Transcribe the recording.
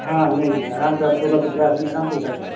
हाँ नहीं नहीं आराम से आप सोलह सत्रह आदमी आराम से बैठा सकते हैं उसमें